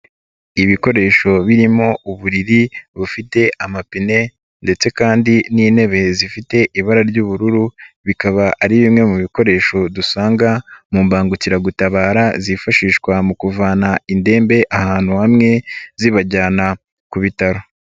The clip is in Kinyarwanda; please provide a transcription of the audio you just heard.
Ibikoresho birimo uburiri bufite amapine ndetse kandi n'intebe zifite ibara ry'ubururu bikaba ari bimwe mu bikoresho dusanga mu mbangukiragutabara zifashishwa mu kuvana indembe ahantu hamwe zibajyana ku bitaro.